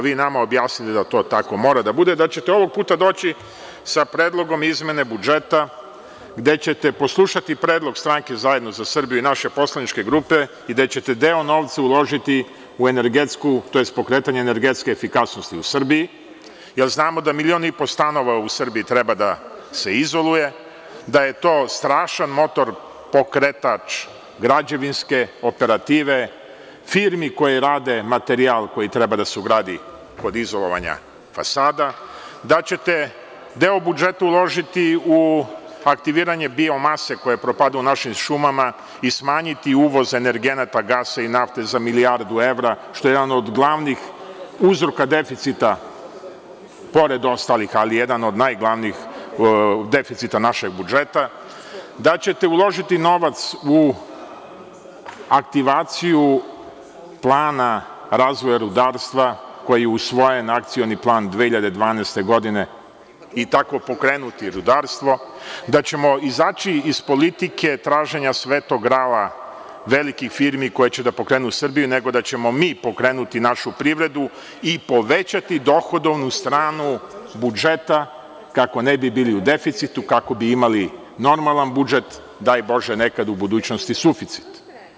Vi ste nama objasnili da to tako mora da bude, da ćete ovog puta doći sa predlogom izmene budžeta gde ćete poslušati predlog stranke „Zajedno za Srbiju“ i naše poslaničke grupe i da ćete novca uložiti u pokretanje energetske efikasnosti u Srbiji, jer znamo da 1,5 miliona stanova u Srbiji treba da se izoluje, da je to strašan motor pokretač građevinske operative, firmi koje rade materijal koji treba da se ugradi kod izolovanja fasada, da ćete deo budžeta uložiti u aktiviranje biomase koja propada u našim šumama i smanjiti uvoz energenata gasa i nafte za milijardu evra, što je jedan od glavnih uzroka deficita, pored ostalih, ali je jedan od najglavnijih deficita našeg budžeta, da ćete uložiti novac u aktivacijuplana razvoja rudarstva, Akcioni plan koji je usvojen 2012. godine i tako pokrenuti rudarstvo, da ćemo izaći iz politike traženja „Svetog grala“, velikih firmi koje će da pokrenu Srbiju, nego da ćemo mi pokrenuti našu privredu i povećati dohodovanu stranu budžeta, kako ne bi bili u deficitu, kako bi imali normalan budžet, daj Bože, nekada u budućnosti suficit.